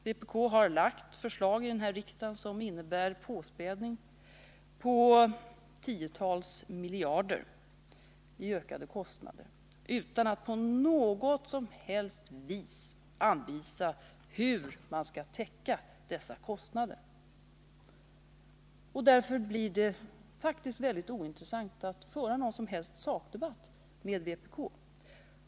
Vpk har i riksdagen framlagt förslag som innebär tiotals miljarder i ökade kostnader utan att på något som helst vis ange hur dessa kostnader skall täckas. Därför blir det faktiskt väldigt ointressant att föra en sakdebatt med vpk.